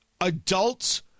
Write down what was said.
adults